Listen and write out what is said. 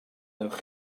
wnewch